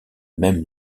même